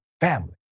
family